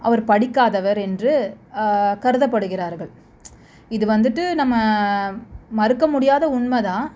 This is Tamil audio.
அவர் படிக்காதவர் என்று கருதப்படுகிறார்கள் இது வந்துட்டு நம்ம மறுக்க முடியாத உண்மை தான்